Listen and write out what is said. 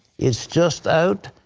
is just out.